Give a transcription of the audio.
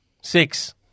six